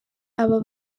aba